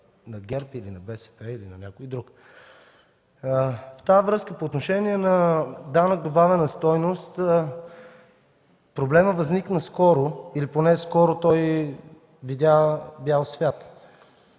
някой друг. По отношение на данък добавена стойност. Проблемът възникна скоро или поне скоро видя бял свят.